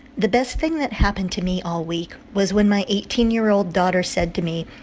the best thing that happened to me all week was when my eighteen year old daughter said to me,